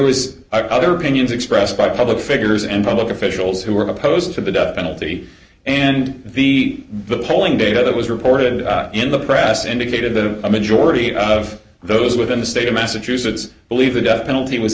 was either opinions expressed by public figures and public officials who were opposed to the death penalty and the polling data that was reported in the press indicated that a majority of those within the state of massachusetts believe the death penalty was